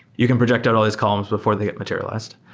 you can project out all these columns before they get materialized.